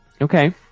okay